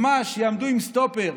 ממש, יעמדו עם סטופר.